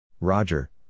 Roger